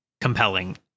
compelling